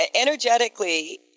energetically